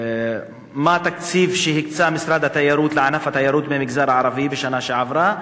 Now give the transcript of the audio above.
מהו התקציב שהקצה משרד התיירות לענף התיירות במגזר הערבי בשנה שעברה?